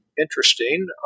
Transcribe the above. interesting